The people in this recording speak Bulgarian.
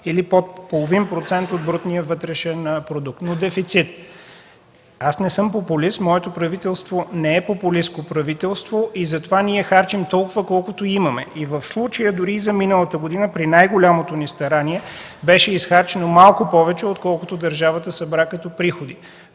или под половин процент от брутния вътрешен продукт. Но дефицит! Аз не съм популист, моето правителство не е популистко и затова ние харчим толкова, колкото имаме. Дори за миналата година, при най-голямото ни старание, беше изхарчено малко повече, отколкото държавата събра като приходи.